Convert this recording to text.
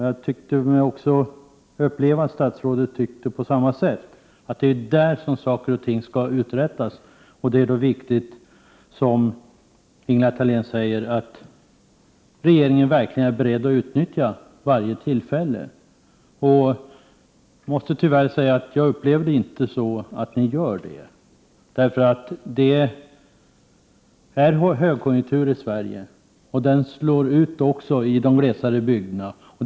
Det verkade som om också statsrådet ansåg att det är där som saker och ting skall uträttas. Som Ingela Thalén sade är det viktigt att regeringen verkligen är beredd att utnyttja varje tillfälle. Jag måste tyvärr säga att jag upplever det som att regeringen inte gör det. Det är högkonjunktur i Sverige, vilket märks också ute i de glesa bygderna.